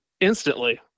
instantly